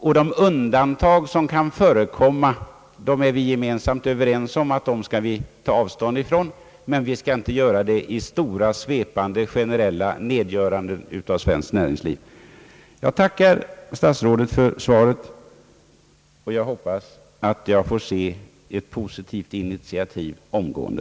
Vi är överens om att vi skall ta avstånd från de undantag som kan förekomma, men vi skall inte göra det i samma svepande generella nedgöranden av svenskt näringsliv som tidigare förekommit. Jag tackar statsrådet för svaret och hoppas att jag får se ett positivt initiativ omgående.